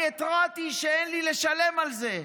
אני התרעתי שאין לי לשלם על זה,